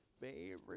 favorite